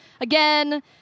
Again